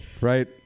right